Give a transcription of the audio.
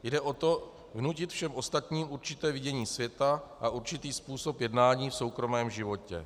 Jde o to vnutit všem ostatním určité vidění světa a určitý způsob jednání v soukromém životě.